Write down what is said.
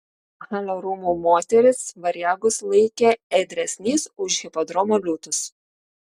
halio rūmų moterys variagus laikė ėdresniais už hipodromo liūtus